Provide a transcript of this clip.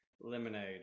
lemonade